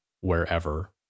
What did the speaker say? wherever